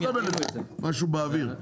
לא תקבל משהו באוויר,